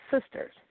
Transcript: sisters